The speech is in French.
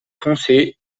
foncé